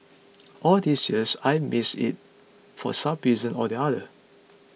all these years I missed it for some reason or the other